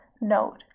note